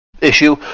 issue